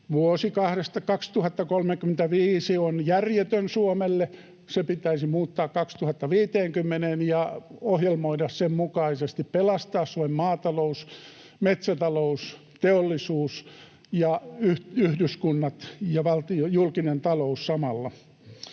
Vuosi 2035 on järjetön Suomelle, se pitäisi muuttaa 2050:een ja ohjelmoida sen mukaisesti, pelastaa Suomen maatalous, metsätalous, teollisuus ja yhdyskunnat ja julkinen talous samalla.